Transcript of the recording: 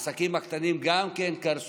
גם העסקים הקטנים קרסו,